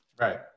Right